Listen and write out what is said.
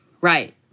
right